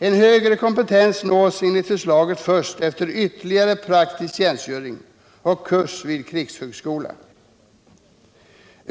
En högre kompetens nås enligt förslaget först efter ytterligare praktisk tjänstgöring och kurs vid krigshögskola.